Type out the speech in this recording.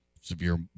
severe